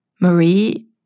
Marie